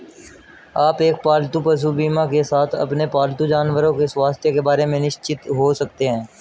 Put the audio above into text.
आप एक पालतू पशु बीमा के साथ अपने पालतू जानवरों के स्वास्थ्य के बारे में निश्चिंत हो सकते हैं